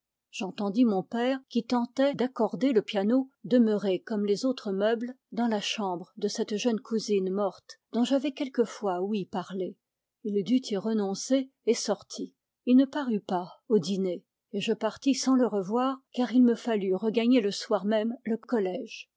j'entendis mon père qui tentait d'accorder le piano demeuré comme les autres meubles dans la chambre de cette jeune cousine morte dont j'avais quelquefois ouï parler il dut y renoncer et sortit il ne parut pas au dîner et je partis sans le revoir car il me fallut regagner le soir même le collège